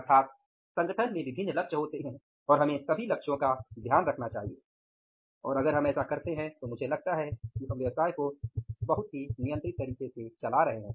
अर्थात संगठन में विभिन्न लक्ष्य होते हैं और हमें सभी का ध्यान रखना चाहिए और अगर हम ऐसा करते हैं तो मुझे लगता है कि हम व्यवसाय को बहुत ही नियंत्रित तरीके से चला रहे है